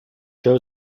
have